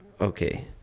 okay